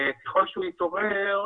ככל שהוא התעורר,